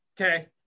Okay